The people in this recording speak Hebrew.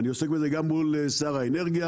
אני עוסק בזה גם מול שר האנרגיה.